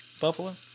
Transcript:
Buffalo